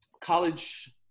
college